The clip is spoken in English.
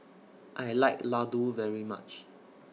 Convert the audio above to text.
I like Ladoo very much